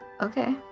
Okay